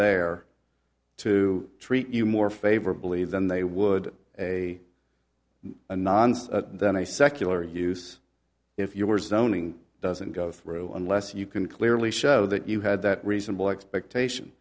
there to treat you more favorably than they would a nonce than a secular use if you were zoning doesn't go through unless you can clearly show that you had that reasonable expectation